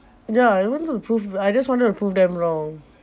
ya I want to prove I just wanted to prove them wrong